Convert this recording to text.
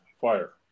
fire